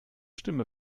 stimme